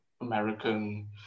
American